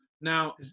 Now